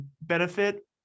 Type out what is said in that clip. benefit